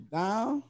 down